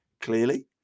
clearly